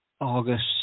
August